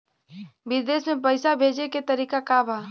विदेश में पैसा भेजे के तरीका का बा?